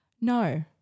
no